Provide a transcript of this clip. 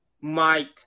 Mike